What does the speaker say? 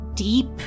deep